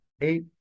eight